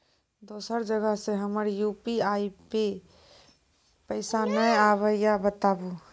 दोसर जगह से हमर यु.पी.आई पे पैसा नैय आबे या बताबू?